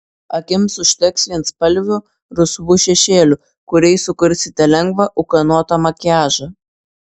akims užteks vienspalvių rusvų šešėlių kuriais sukursite lengvą ūkanotą makiažą